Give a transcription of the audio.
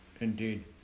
indeed